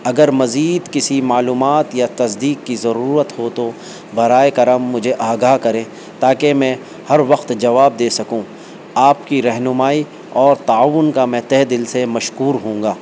اگر مزید کسی معلومات یا تصدیق کی ضرورت ہو تو برائے کرم مجھے آگاہ کریں تاکہ میں ہر وقت جواب دے سکوں آپ کی رہنمائی اور تعاون کا میں تہ دل سے مشکور ہوں گا